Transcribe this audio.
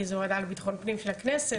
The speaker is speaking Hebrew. כי זו ועדה לביטחון פנים של הכנסת,